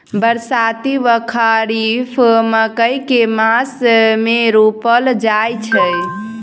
बरसाती वा खरीफ मकई केँ मास मे रोपल जाय छैय?